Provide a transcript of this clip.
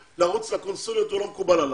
לרוץ לקונסוליות, הוא לא מקובל עלי.